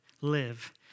live